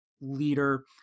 leader